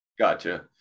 Gotcha